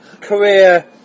career